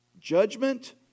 Judgment